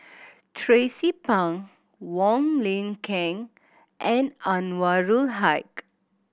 Tracie Pang Wong Lin Ken and Anwarul Haque